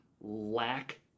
lack